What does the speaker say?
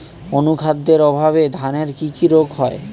অনুখাদ্যের অভাবে ধানের কি কি রোগ হয়?